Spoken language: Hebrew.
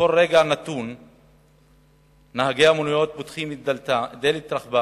בכל רגע נהגי המוניות פותחים את דלת רכבם